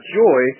joy